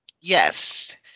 Yes